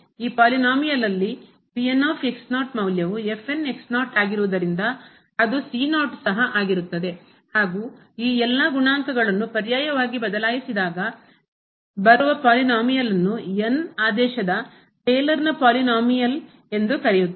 ಈ ಪಾಲಿನೋಮಿಯಲ್ನಲ್ಲಿ ಬಹುಪದದಲ್ಲಿ ಮೌಲ್ಯವು ಆಗಿರುವುದರಿಂದ ಅದು ಸಹ ಆಗಿರುತ್ತದೆ ಹಾಗೂ ಈ ಎಲ್ಲಾ ಗುಣಾಂಕಗಳನ್ನು ಪರ್ಯಾಯವಾಗಿ ಬದಲಿಸಿದಾಗ ಬರುವ ಪಾಲಿನೋಮಿಯಲ್ನ್ನು ಆದೇಶದ ಟೇಲರ್ನ ಪಾಲಿನೋಮಿಯಲ್ ಎಂದು ಕರೆಯುತ್ತೇವೆ